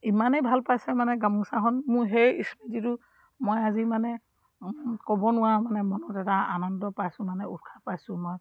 ইমানেই ভাল পাইছে মানে গামোচাখন মোৰ সেই স্মৃতিটো মই আজি মানে ক'ব নোৱাৰা মানে মনত এটা আনন্দ পাইছোঁ মানে উৎসাহ পাইছোঁ মই